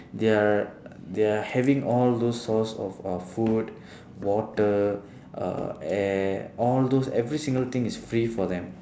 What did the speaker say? they are they are having all those source of uh food water uh air all those everything single thing is free for them